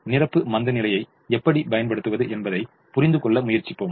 நிரப்பு மந்தநிலையைப் எப்படி பயன்படுத்துவது என்பதை புரிந்துகொள்ள முயற்சிப்போம்